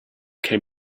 came